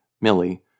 Millie